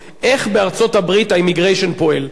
במלוא הכנות: איך בארצות-הברית ה-immigration פועל?